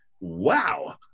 wow